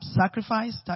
sacrifice